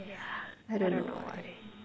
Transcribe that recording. yeah I don't know why